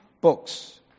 books